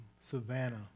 Savannah